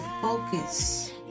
focus